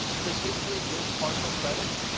does history give partial credit?